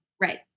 Right